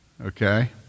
Okay